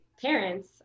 parents